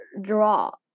draw